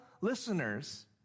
listeners